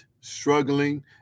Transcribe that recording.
struggling